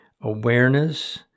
awareness